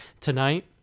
tonight